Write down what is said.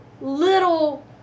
little